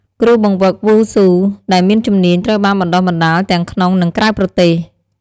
គ្រូបង្វឹកវ៉ូស៊ូដែលមានជំនាញត្រូវបានបណ្ដុះបណ្ដាលទាំងក្នុង និងក្រៅប្រទេស។